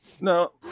No